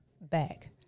back